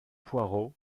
poirot